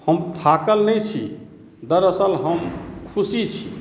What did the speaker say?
हम थाकल नहि छी दरअसल हम खुशी छी